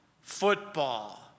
football